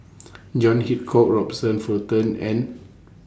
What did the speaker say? John Hitchcock Robert Fullerton and